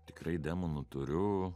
tikrai demonų turiu